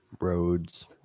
roads